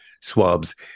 swabs